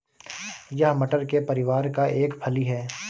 यह मटर के परिवार का एक फली है